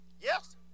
Yes